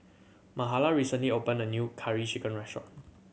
Mahala recently opened a new Curry Chicken restaurant